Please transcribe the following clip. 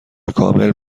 کامل